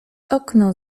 okno